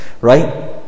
right